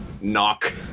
Knock